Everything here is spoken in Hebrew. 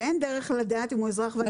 שאין דרך לדעת אם הוא אזרח ותיק.